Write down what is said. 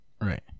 Right